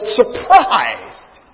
surprised